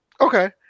Okay